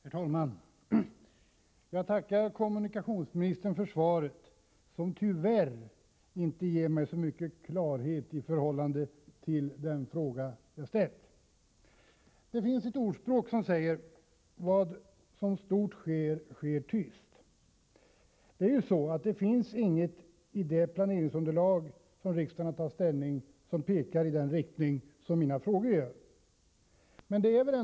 Herr talman! Jag tackar kommunikationsministern för svaret, som tyvärr inte ger mig så mycket av klarhet i den fråga som jag har ställt. Det finns ett ordspråk som säger: Vad stort sker, det sker tyst. Det finns inget i det planeringsunderlag som riksdagen har tagit ställning till som pekar i den riktning som anges i mina frågor.